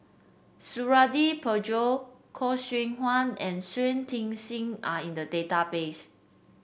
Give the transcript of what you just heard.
Suradi Parjo Khoo Seow Hwa and Shui Tit Sing are in the database